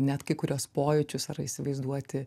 net kai kuriuos pojūčius ar įsivaizduoti